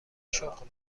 شغل